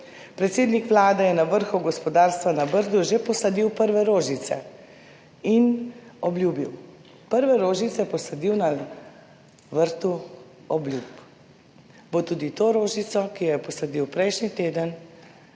Predsednik Vlade je na vrhu gospodarstva na Brdu že posadil prve rožice in obljubil. Prve rožice je posadil na vrtu obljub. Bo tudi to rožico, ki jo je posadil prejšnji teden,